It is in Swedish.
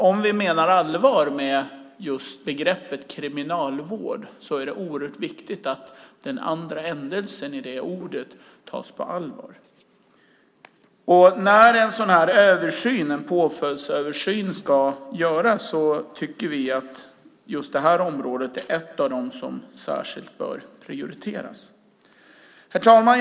Om vi menar allvar med begreppet kriminalvård är det viktigt att den sista stavelsen i det ordet tas på allvar. När nu en påföljdsöversyn ska göras tycker vi att detta område är ett av dem som särskilt bör prioriteras. Herr talman!